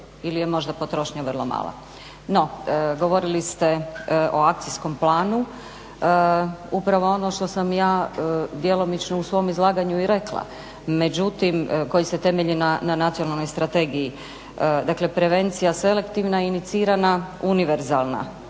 ili je možda potrošnja vrlo mala. No, govorili ste o akcijskom planu. Upravo ono što sam ja djelomično u svom izlaganju i rekla, međutim, koji se temelji na Nacionalnoj strategiji. Dakle, prevencija selektivna, inicirana univerzalna,